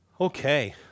Okay